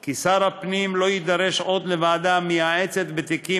כי שר הפנים לא יידרש עוד לוועדה מייעצת בתיקים